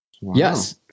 Yes